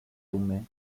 dumme